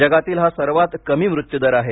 जगातील हा सर्वांत कमी मृत्यू दर आहे